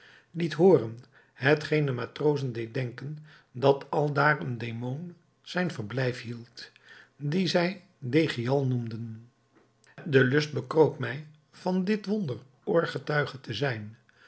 liet hooren hetgeen den matrozen deed denken dat aldaar een demon zijn verblijf hield die zij deggial noemden de lust bekroop mij van dit wonder oorgetuige te zijn